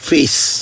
Face